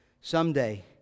someday